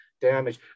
damage